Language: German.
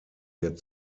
wird